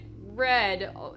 red